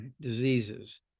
diseases